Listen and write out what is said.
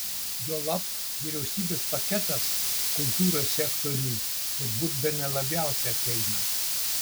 juolab vyriausybės paketas kultūros sektorių turbūt bene labiausiai apeina